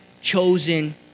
chosen